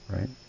right